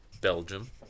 Belgium